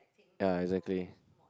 ya exactly